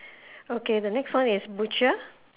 okay the next one is butcher